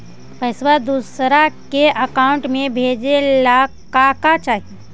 पैसा दूसरा के अकाउंट में भेजे ला का का चाही?